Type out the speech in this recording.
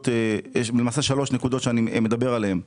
אלה למעשה שלוש הנקודות שאני מדבר עליהן: